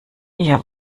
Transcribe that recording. ihr